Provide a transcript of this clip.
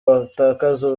batakaza